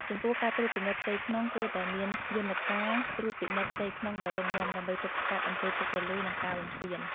ចំពោះការត្រួតពិនិត្យផ្ទៃក្នុងគួរតែមានយន្តការត្រួតពិនិត្យផ្ទៃក្នុងដ៏រឹងមាំ ដើម្បីទប់ស្កាត់អំពើពុករលួយ និងការបំពាន។